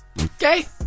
Okay